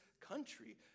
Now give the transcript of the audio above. country